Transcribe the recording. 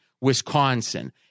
Wisconsin